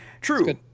true